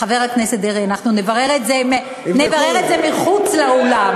חבר הכנסת דרעי, אנחנו נברר את זה מחוץ לאולם.